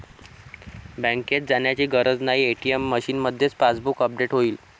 बँकेत जाण्याची गरज नाही, ए.टी.एम मशीनमध्येच पासबुक अपडेट होईल